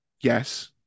yes